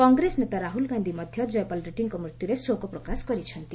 କଂଗ୍ରେସ ନେତା ରାହୁଲ୍ ଗାନ୍ଧିଧ୍ୟ ଜୟପାଲ୍ ରେଡ୍ଭୀଙ୍କ ମୃତ୍ୟୁରେ ଶୋକ ପ୍ରକାଶ କରିଛନ୍ତି